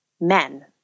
men